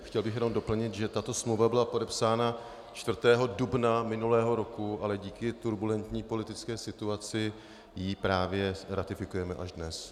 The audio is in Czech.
Chtěl bych jenom doplnit, že tato smlouva byla podepsána 4. dubna minulého roku, ale kvůli turbulentní politické situaci ji právě ratifikujeme až dnes.